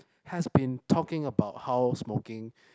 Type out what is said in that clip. has been talking about how smoking